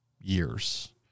years